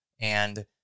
and-